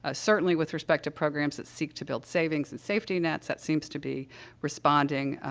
ah certainly with respect to programs that seek to build savings and safety nets. that seems to be responding, ah,